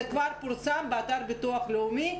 זה כבר פורסם באתר הביטוח הלאומי,